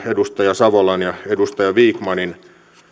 edustaja savolan ja edustaja vikmanin